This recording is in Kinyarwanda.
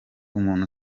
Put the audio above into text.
umuntu